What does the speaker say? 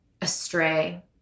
astray